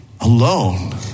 alone